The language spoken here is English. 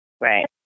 Right